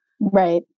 Right